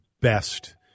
best